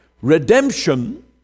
Redemption